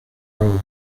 road